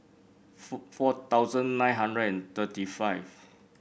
four thousand nine hundred and thirty five